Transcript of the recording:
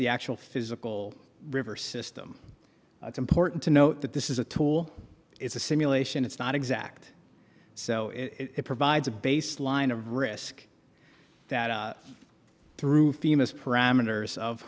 the actual physical river system it's important to note that this is a tool it's a simulation it's not exact so it provides a baseline of risk that through females parameters of